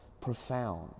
profound